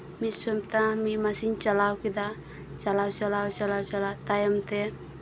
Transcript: ᱢᱤᱫ ᱥᱚᱯᱛᱟ ᱢᱤᱫ ᱢᱟᱥ ᱤᱧ ᱪᱟᱞᱟᱣ ᱠᱮᱫᱟ ᱪᱟᱞᱟᱣ ᱪᱟᱞᱟᱣ ᱪᱟᱞᱟᱣ ᱛᱟᱭᱚᱢ ᱛᱮ